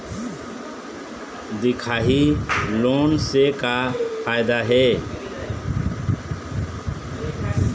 दिखाही लोन से का फायदा हे?